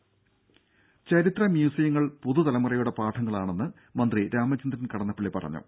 രുര ചരിത്ര മ്യൂസിയങ്ങൾ പുതുതലമുറയുടെ പാഠങ്ങളാണെന്ന് മന്ത്രി രാമചന്ദ്രൻ കടന്നപ്പള്ളി പറഞ്ഞു